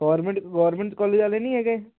government government college ਵਾਲੇ ਨਹੀਂ ਹੈਗੇ